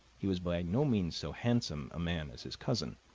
he was by no means so handsome a man as his cousin,